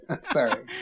Sorry